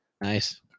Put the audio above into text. Nice